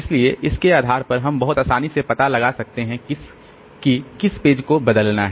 इसलिए इसके आधार पर हम बहुत आसानी से पता लगा सकते हैं कि किस पेज को बदलना है